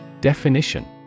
Definition